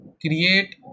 create